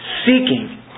seeking